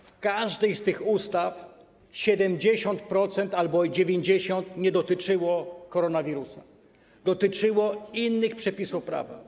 W każdej z tych ustaw 70% albo 90% nie dotyczyło koronawirusa, dotyczyło innych przepisów prawa.